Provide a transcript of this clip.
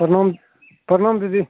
प्रणाम प्रणाम दीदी